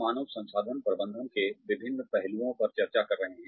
हम मानव संसाधन प्रबंधन के विभिन्न पहलुओं पर चर्चा कर रहे हैं